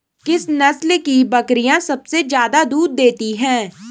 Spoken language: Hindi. किस नस्ल की बकरीयां सबसे ज्यादा दूध देती हैं?